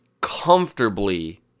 comfortably